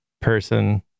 person